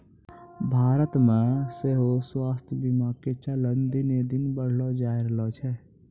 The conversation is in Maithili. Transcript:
भारतो मे सेहो स्वास्थ्य बीमा के चलन दिने दिन बढ़ले जाय रहलो छै